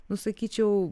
nu sakyčiau